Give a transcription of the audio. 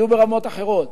והם יהיו ברמות אחרות.